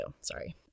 Sorry